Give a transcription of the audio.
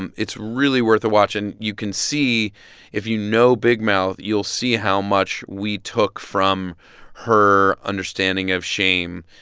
and it's really worth a watch. and you can see if you know big mouth, you'll see how much we took from her understanding of shame.